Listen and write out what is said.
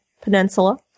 peninsula